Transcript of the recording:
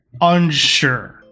unsure